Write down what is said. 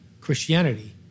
Christianity